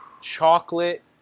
chocolate